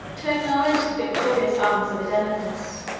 to acknowledge the victorious arms of odenathus,